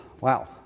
Wow